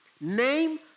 Name